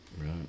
Right